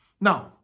Now